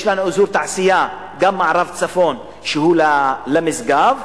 יש לנו אזור תעשייה גם בצפון-מערב, שהוא, למשגב,